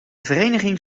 vereniging